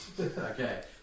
Okay